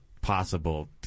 possible